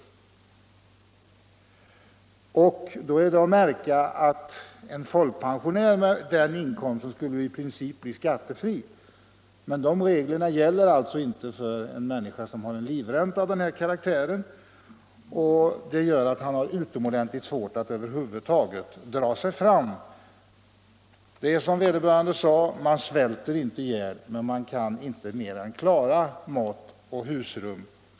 per år. Att märka är att en folkpensionär med denna inkomst är nästan befriad från skatt. Men dessa regler gäller inte för en person som har en livränta av denna karaktär. Detta gör att han har utomordentligt svårt att över huvud dra sig fram. Det är såsom vederbörande sade: ”Man svälter inte ihjäl, men man kan inte mer än klara mat och husrum.